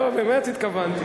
לא, באמת התכוונתי.